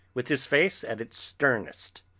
with his face at its sternest.